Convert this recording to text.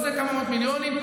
וזה כמה מאות מיליונים,